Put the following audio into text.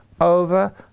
over